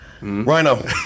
Rhino